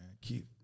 Keep